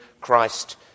Christ